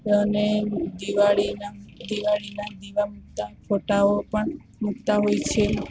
અને દિવાળીના દિવાળીના દીવા મુકતા ફોટાઓ પણ મૂકતા હોય છે